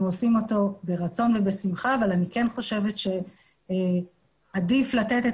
אנחנו עושים אותו ברצון ובשמחה אבל אני כן חושבת שעדיף לתת את